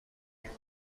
your